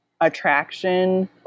attraction